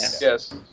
Yes